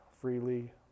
freely